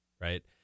Right